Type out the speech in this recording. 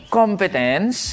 competence